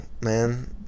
man